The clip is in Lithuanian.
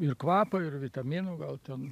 ir kvapo ir vitaminų gal ten